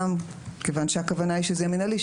כיוון שהכוונה היא שזה יהיה מינהלי,